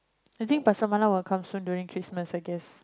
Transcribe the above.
I think Pasar Malam will come soon during Christmas I guess